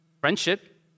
Friendship